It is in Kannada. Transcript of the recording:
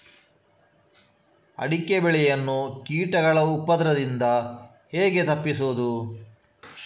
ಅಡಿಕೆ ಬೆಳೆಯನ್ನು ಕೀಟಗಳ ಉಪದ್ರದಿಂದ ಹೇಗೆ ತಪ್ಪಿಸೋದು?